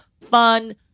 fun